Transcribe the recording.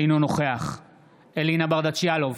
אינו נוכח אלינה ברדץ' יאלוב,